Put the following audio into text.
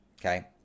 okay